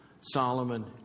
Solomon